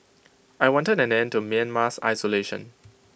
I wanted an end to Myanmar's isolation